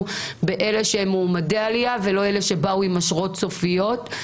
באלה שהם מועמדי עלייה ולא אלה שבאו עם אשרות סופיות.